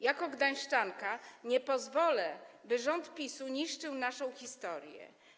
Jako gdańszczanka nie pozwolę, by rząd PiS niszczył naszą historię.